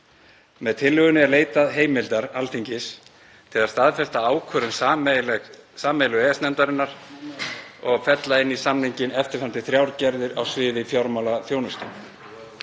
Með tillögunni er leitað heimildar Alþingis til að staðfesta ákvörðun sameiginlegu EES-nefndarinnar og fella inn í samninginn eftirfarandi þrjár gerðir á sviði fjármálaþjónustu: